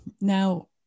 Now